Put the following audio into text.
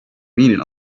meaning